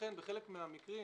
לכן בחלק מהמקרים